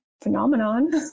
phenomenon